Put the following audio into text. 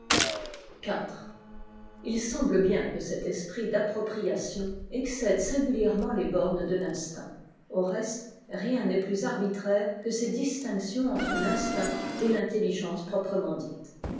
iv ii semble bien que cet esprit d'appropriat excède singulièrement les bornes de l'instit la fondation de la cité au reste rien n'est plus arbitraire que es distinctions entre tinstinct et l'inlelligélce proprement dite